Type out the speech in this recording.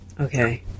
Okay